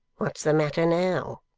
what's the matter now